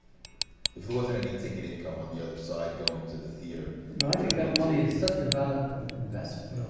if there wasn't any ticket income on the other side going to the theatre but i think that money is such a valuable investment. oh,